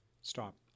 stop